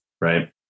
Right